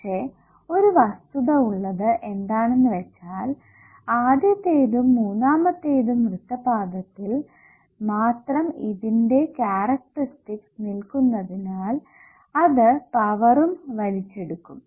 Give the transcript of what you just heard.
പക്ഷെ ഒരു വസ്തുത ഉള്ളത് എന്താണെന്നു വെച്ചാൽ ആദ്യത്തേതും മൂന്നാമതേത്തും വൃത്തപാദത്തിൽ മാത്രം ഇതിന്റെ കാരക്ടറിസ്റ്റിക്സ് നിൽക്കുന്നതിനാൽ അത് പവറും വലിച്ചെടുക്കും